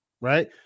right